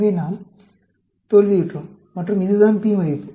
எனவே நாம் தோல்வியுற்றோம் மற்றும் இதுதான் p மதிப்பு